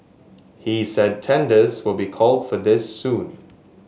he said tenders will be called for this soon